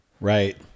Right